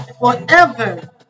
forever